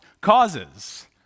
causes